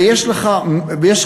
ויש לך פוסט-טראומטים,